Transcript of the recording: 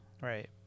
Right